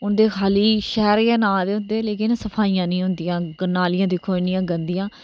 उंदे खाली शहर गै नां दे होंदे लेकिन सफाइयां नेई होदियां उंदी नाली दिक्खो इन्नियां गंदियां